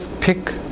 pick